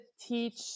teach